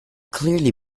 clearly